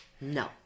no